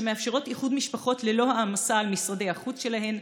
שמאפשרות איחוד משפחות ללא העמסה על משרדי החוץ שלהן.